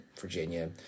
Virginia